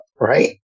Right